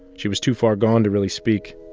she was too far gone to really speak.